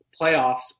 playoffs